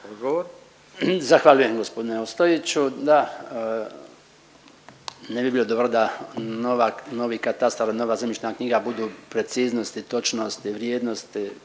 Zahvaljujem gospodine Ostojiću. Da, ne bi bilo dobro da novi Katastar, nova zemljišna knjiga budu preciznosti, točnosti, vrijednosti